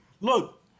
look